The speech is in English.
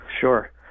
Sure